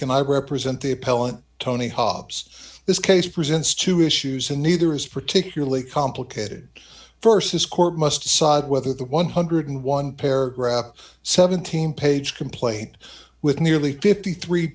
silicon i represent the appellant tony hobbs this case presents two issues and neither is particularly complicated vs court must decide whether the one hundred and one paragraph seventeen page complaint with nearly fifty three